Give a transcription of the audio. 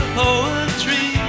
poetry